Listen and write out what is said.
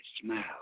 smile